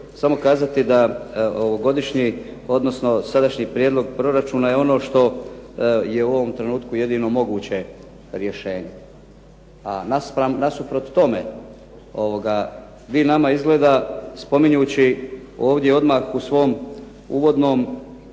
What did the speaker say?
samo kazati da ovogodišnji odnosno sadašnji prijedlog proračuna je ono što je u ovom trenutku jedino moguće rješenje. A nasuprot tome vi nama izgleda spominjući ovdje odmah u svom uvodnom